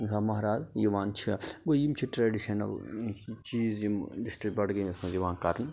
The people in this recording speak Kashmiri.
ییٚمہِ ساتہٕ مہراز یِوان چھ گوٚو یِم چھِ ٹریڈِشنَل چیٖز یِم ڈِسٹرک بَڈگٲمِس مَنٛز یِوان کَرنہٕ